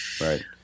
Right